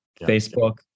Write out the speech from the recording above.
Facebook